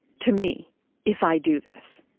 to me if i do this.